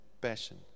passion